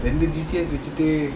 then the G_T_S வச்சிட்டு:vachitu